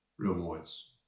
rewards